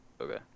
Okay